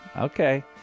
Okay